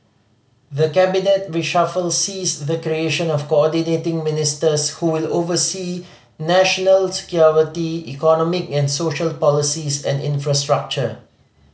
the cabinet reshuffle sees the creation of Coordinating Ministers who will oversee national security economic and social policies and infrastructure